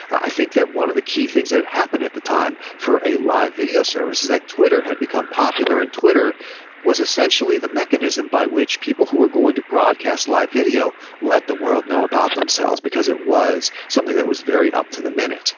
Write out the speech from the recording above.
i think that one of the key things that happen at the time for a live video service is that twitter had become popular, and twitter was essentially the mechanism by which people who were going to broadcast live video let the world know about themselves, because it was something that was very up-to-the-minute.